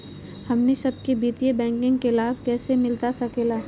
हमनी सबके वित्तीय बैंकिंग के लाभ कैसे मिलता सके ला?